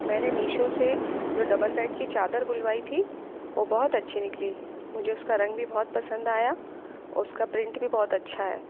मैंने मीशो से दो डबल बेड की चादर बुलवाई थी वह बहुत अच्छी निकली मुझे उसका रंग भी बहुत पसंद आया और उसका प्रिंट भी बहुत अच्छा है